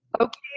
Okay